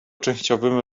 częściowym